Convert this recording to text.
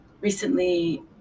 Recently